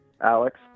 Alex